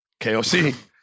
KOC